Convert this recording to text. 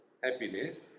happiness